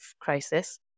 crisis